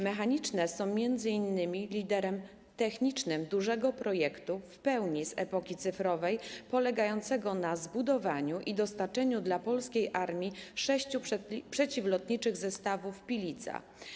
Mechaniczne” są m.in. liderem technicznym dużego projektu w pełni z epoki cyfrowej, polegającego na zbudowaniu i dostarczeniu dla polskiej armii sześciu przeciwlotniczych zestawów Pilica.